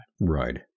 Right